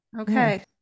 Okay